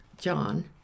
John